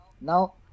Now